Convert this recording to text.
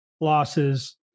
losses